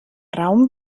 raum